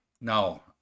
Now